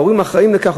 ההורים אחראים לכך,